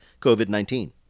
COVID-19